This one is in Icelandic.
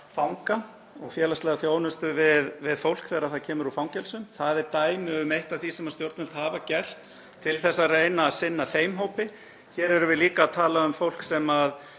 fanga og félagslega þjónustu við fólk þegar það kemur úr fangelsum. Það er dæmi um eitt af því sem stjórnvöld hafa gert til að reyna að sinna þeim hópi. Hér erum við líka að tala um fólk sem á